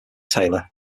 taylor